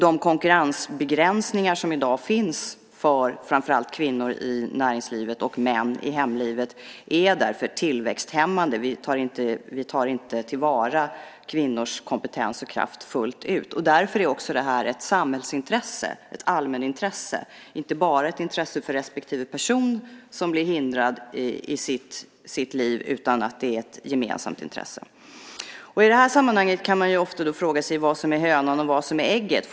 De konkurrensbegränsningar som i dag finns för framför allt kvinnor i näringslivet och män i hemlivet är därför tillväxthämmande. Vi tar inte till vara kvinnors kompetens och kraft fullt ut. Därför är det här också ett samhällsintresse, ett allmänintresse. Det är inte bara ett intresse för respektive person som blir hindrad i sitt liv, utan att det är ett gemensamt intresse. I det här sammanhanget kan man ofta fråga sig vad som är hönan och vad som är ägget.